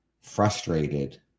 frustrated